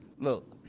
look